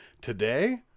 Today